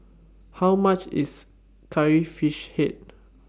How much IS Curry Fish Head